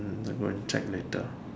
I'm going check later